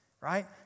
Right